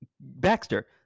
Baxter